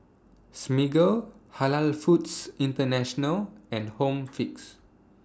Smiggle Halal Foods International and Home Fix